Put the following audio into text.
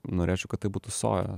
norėčiau kad tai būtų soja